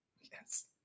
Yes